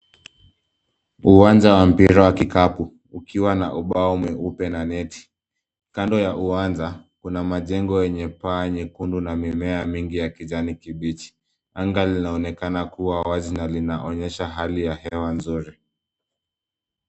Uwanja wa mpira wa kikapu ukiwa na ubao mweupe na neti. Kando ya uwanja kuna majengo yenye paa nyekundu na mimea mingi ya kijani kibichi anga linaonekan kuwa wazi na linaonyesha hali ya hewa nzuri.